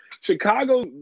Chicago